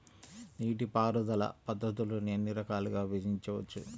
నీటిపారుదల పద్ధతులను ఎన్ని రకాలుగా విభజించవచ్చు?